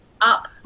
Up